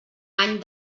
any